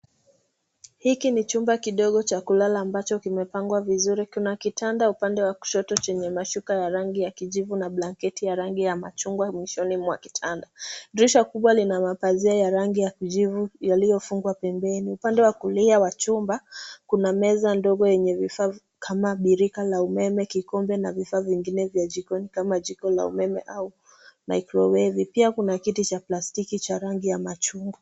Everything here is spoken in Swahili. Hiki ni chumba kidogo cha kulala ambacho kimepangwa vizuri. Kuna kitanda upande wa kushoto chenye mashuka ya rangi ya kijivu na blanketi ya rangi ya machungwa mwishoni mwa kitanda. Dirisha kubwa lina mapazia ya rangi ya kijivu yaliyofungwa pembeni. Upande wa kulia wa chumba kuna meza ndogo yenye vifaa vidogo kama birika la umeme, kikombe na vifaa vingine vya jikoni kama jiko la umeme au mikrowevu. Pia kuna kiti cha plastiki cha rangi ya machungwa.